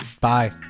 bye